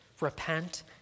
repent